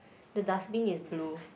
the dustbin is blue